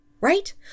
Right